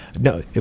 No